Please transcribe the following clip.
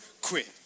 quit